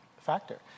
factor